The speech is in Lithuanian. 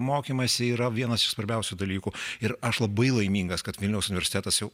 mokymesi yra vienas iš svarbiausių dalykų ir aš labai laimingas kad vilniaus universitetas jau